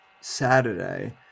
Saturday